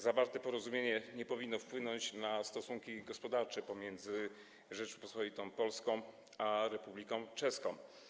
Zawarte porozumienie nie powinno wpłynąć na stosunki gospodarcze pomiędzy Rzecząpospolitą Polską a Republiką Czeską.